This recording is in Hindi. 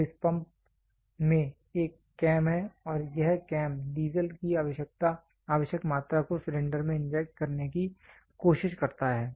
तो इस पंप में एक कैम है और यह कैम डीजल की आवश्यक मात्रा को सिलेंडर में इंजेक्ट करने की कोशिश करता है